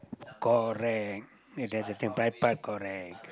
correct and that's the thing by part correct